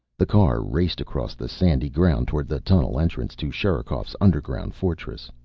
the car raced across the sandy ground, toward the tunnel entrance to sherikov's underground fortress.